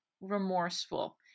remorseful